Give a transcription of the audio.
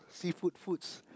seafood foods